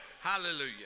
Hallelujah